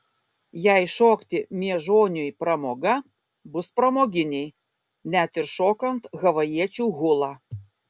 jei šokti miežoniui pramoga bus pramoginiai net ir šokant havajiečių hulą